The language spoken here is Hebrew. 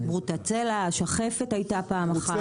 ברוצלה, שחפת הייתה פעם אחת.